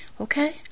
Okay